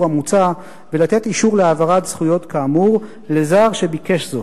המוצע ולתת אישור להעברת זכויות כאמור לזר שביקש זאת.